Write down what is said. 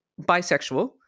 bisexual